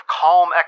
calm